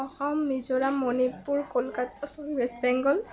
Assam Mizoram Manipur oh' sorry West Bengal